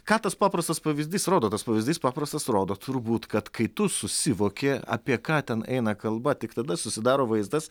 ką tas paprastas pavyzdys rodo tas pavyzdys paprastas rodo turbūt kad kai tu susivoki apie ką ten eina kalba tik tada susidaro vaizdas